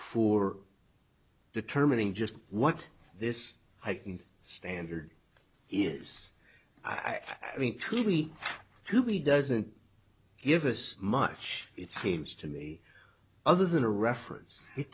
are determining just what this heightened standard is i mean clearly to me doesn't give us much it seems to me other than a reference it